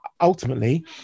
ultimately